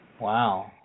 Wow